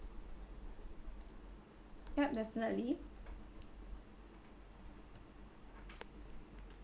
yup definitely